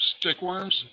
stickworms